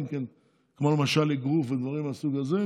כמו למשל אגרוף ודברים מהסוג הזה.